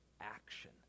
action